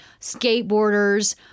skateboarders